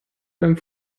beim